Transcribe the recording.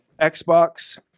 Xbox